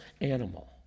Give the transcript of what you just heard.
animal